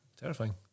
Terrifying